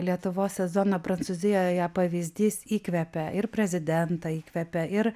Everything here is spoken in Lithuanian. lietuvos sezono prancūzijoje pavyzdys įkvėpė ir prezidentą įkvėpė ir